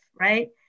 Right